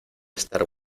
estar